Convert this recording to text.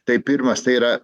tai pirmas tai yra